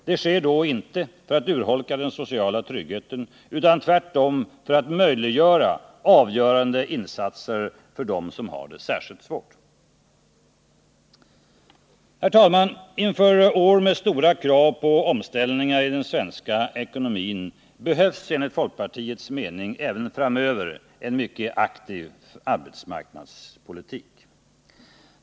Det sker då inte för att urholka den sociala tryggheten, utan tvärtom för att möjliggöra avgörande insatser för dem som har det särskilt svårt. Herr talman! Inför år med stora krav på omställningar i den svenska ekonomin behövs enligt folkpartiets mening även framöver en mycket aktiv arbetsmarknadspolitik.